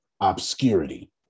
obscurity